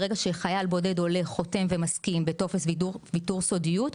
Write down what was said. ברגע שחייל בודד עולה חותם ומסכים בטופס ויתור סודיות,